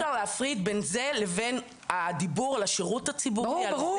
אפשר להפריד בין זה לבין הדיבור על השירות הציבורי --- ברור,